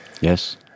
yes